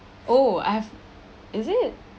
oh I have is it